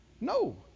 No